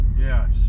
Yes